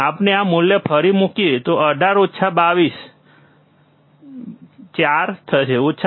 જો આપણે આ મૂલ્ય ફરી મુકીએ તો 18 ઓછા 22 થશે 4